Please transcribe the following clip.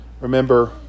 remember